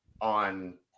on